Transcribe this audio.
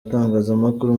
itangazamakuru